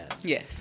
Yes